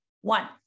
one